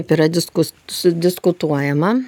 yra diskus su diskutuojama